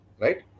right